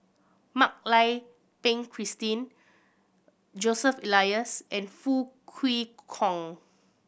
Mak Lai Peng Christine Joseph Elias and Foo Kwee Horng